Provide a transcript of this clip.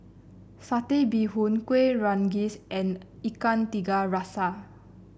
Satay Bee Hoon Kueh Rengas and Ikan Tiga Rasa